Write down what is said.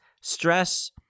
stress